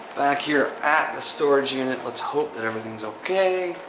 back here at the storage unit. let's hope that everything's okay.